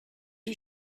you